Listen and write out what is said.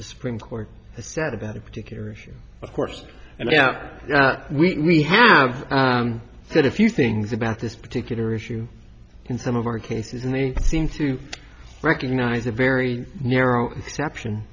the supreme court has said about a particular issue of course and yeah yeah we have said a few things about this particular issue in some of our cases and they seem to recognize a very narrow exception